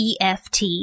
EFT